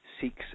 seeks